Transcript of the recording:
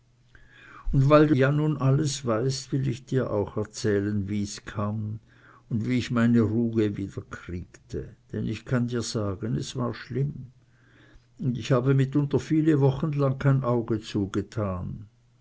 und weil du ja nu alles weißt will ich dir auch erzählen wie's kam un wie ich meine ruhe wieder kriegte denn ich kann dir sagen es war schlimm und ich habe mitunter viele wochen lang kein auge zugetan